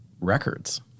records